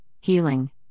healing